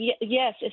Yes